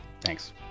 Thanks